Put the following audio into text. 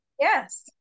yes